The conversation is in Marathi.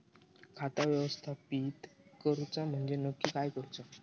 खाता व्यवस्थापित करूचा म्हणजे नक्की काय करूचा?